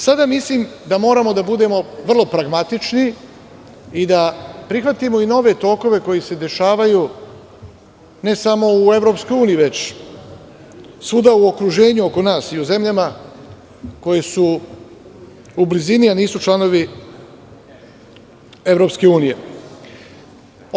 Sada mislim da moramo da budemo vrlo pragmatični i da prihvatimo i nove tokove koji se dešavaju ne samo u EU već svuda u okruženju oko nas, i u zemljama koje su blizini, a nisu članovi EU.